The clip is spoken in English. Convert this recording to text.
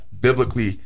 biblically